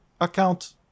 account